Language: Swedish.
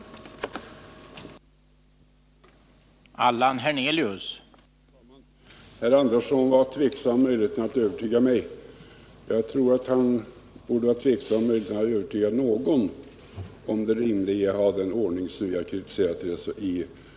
Tisdagen den